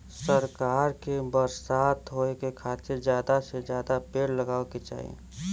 सरकार के बरसात होए के खातिर जादा से जादा पेड़ लगावे के चाही